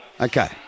Okay